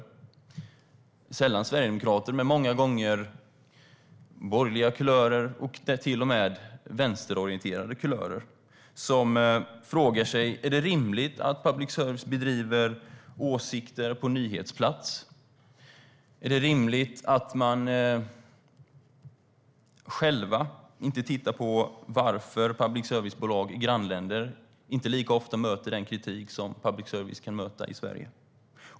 Det är sällan sverigedemokrater men många gånger borgerliga kulörer och till och med vänsterorienterade kulörer. De frågar sig om det är rimligt att public service framför åsikter på nyhetsplats. Är det rimligt att inte titta på varför public service-bolag i grannländer inte lika ofta möter den kritik som public service kan möta i Sverige?